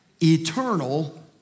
eternal